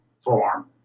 form